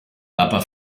papa